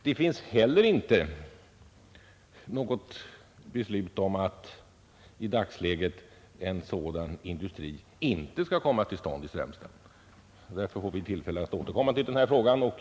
Det finns heller inte i dagsläget något beslut om att en sådan industri inte skall komma till stånd i Strömstad. Därför får vi tillfälle att återkomma till den här frågan.